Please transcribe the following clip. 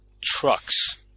trucks